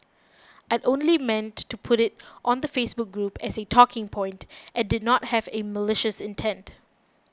I'd only meant to put it on the Facebook group as a talking point and did not have in malicious intent